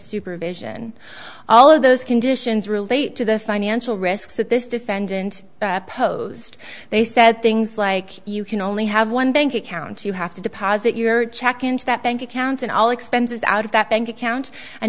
supervision all of those conditions relate to the financial risks that this defendant posed they said things like you can only have one bank account you have to deposit your check into that bank account and all expenses out of that bank account and